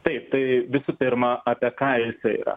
taip tai visų pirma apie ką jisai yra